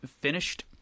finished